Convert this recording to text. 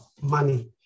money